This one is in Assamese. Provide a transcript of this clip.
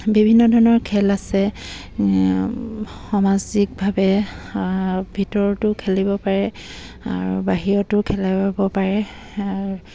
বিভিন্ন ধৰণৰ খেল আছে সামাজিকভাৱে ভিতৰৰতো খেলিব পাৰে আৰু বাহিৰতো খেলাব পাৰে